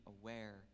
aware